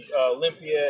Olympia